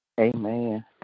Amen